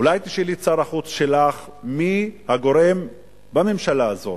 אולי תשאלי את שר החוץ שלך מי הגורם בממשלה הזאת,